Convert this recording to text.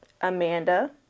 Amanda